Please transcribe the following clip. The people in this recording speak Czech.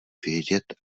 vědět